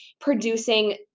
producing